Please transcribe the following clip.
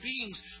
beings